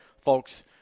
folks